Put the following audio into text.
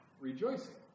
rejoicing